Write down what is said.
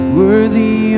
worthy